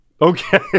Okay